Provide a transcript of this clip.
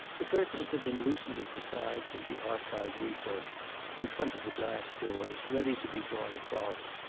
the curtains had been loosened at the sides of the arched recess in front of the glass doors, ready to be drawn across.